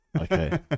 Okay